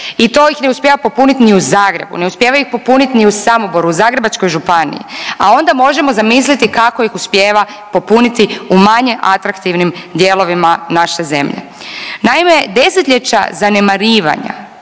i to ih ne uspijeva popuniti ni u Zagrebu, ne uspijeva ih popuniti ni u Samoboru, u Zagrebačkoj županiji, a onda možemo zamisliti kako ih uspijeva popuniti u manje atraktivnim dijelovima naše zemlje. Naime, desetljeća zanemarivanja